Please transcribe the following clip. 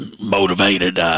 motivated